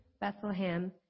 Bethlehem